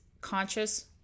conscious